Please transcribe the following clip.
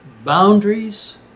boundaries